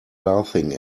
laughing